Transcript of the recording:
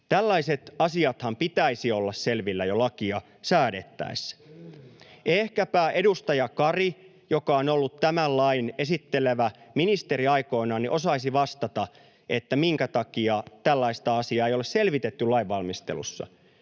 Tällaiset asiathan pitäisi olla selvillä jo lakia säädettäessä. [Tuomas Kettunen: Kyllä!] Ehkäpä edustaja Kari, joka on ollut tämän lain esittelevä ministeri aikoinaan, osaisi vastata, minkä takia tällaista asiaa ei ole selvitetty lainvalmistelussa,